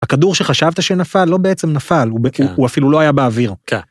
הכדור שחשבת שנפל לא בעצם נפל, הוא אפילו לא היה באוויר. כן.